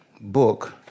book